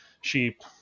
sheep